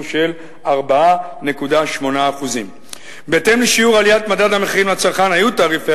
של 4.8%. בהתאם לשיעור עליית מדד המחירים לצרכן היו תעריפי